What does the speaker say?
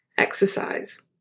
Exercise